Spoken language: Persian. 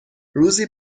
روزی